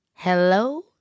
hello